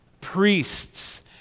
priests